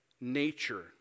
nature